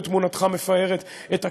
ותמונתך מפארת את הכניסה.